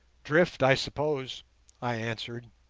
drift, i suppose i answered,